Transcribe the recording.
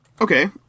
Okay